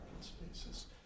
spaces